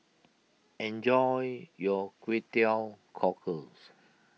enjoy your Kway Teow Cockles